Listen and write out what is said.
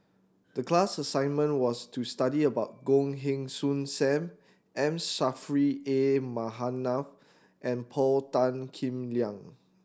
the class assignment was to study about Goh Heng Soon Sam M Saffri A Manaf and Paul Tan Kim Liang